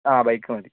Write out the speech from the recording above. ആ ബൈക്ക് മതി